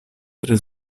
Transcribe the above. tre